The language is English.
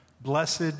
Blessed